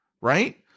Right